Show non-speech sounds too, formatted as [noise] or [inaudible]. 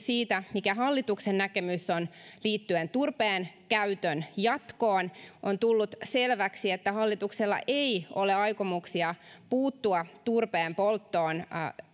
[unintelligible] siitä mikä hallituksen näkemys on liittyen turpeen käytön jatkoon on tullut selväksi että hallituksella ei ole aikomuksia puuttua turpeen polttoon